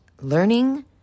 learning